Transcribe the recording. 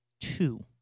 two